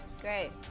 Great